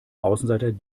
außenseiter